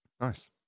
nice